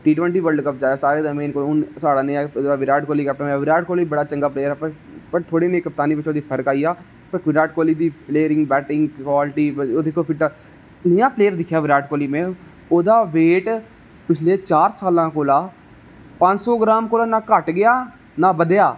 T twenty world cup जिताया साढ़े जेहड़ा हून बिराट कोहली कैप्टन आया बिराट कोहली बड़ा चंगा प्लेयर हा बस थोह्ड़ी जेही कपतानी बिच ओहदी फर्क आई गेआ पर फिर बी बिराट कोहली दी प्लेरिंग बैटिंग कब्लिटी ही ओहदे कोल एह् नेहा प्लेयर दिक्खेआ बिराट कोहली में ओहदा बेट पिच्छले चार साला कोला पंज सो ग्राम कोला नेई घट्ट गेआ ना बधेआ